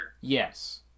Yes